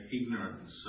ignorance